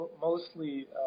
mostly